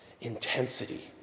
Intensity